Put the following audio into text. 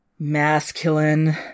Masculine